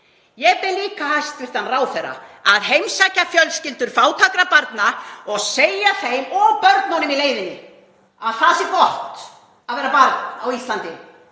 Ég bið líka hæstv. ráðherra að heimsækja fjölskyldur fátækra barna og segja þeim og börnunum í leiðinni að það sé gott að vera barn á Íslandi.